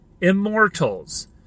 Immortals